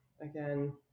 again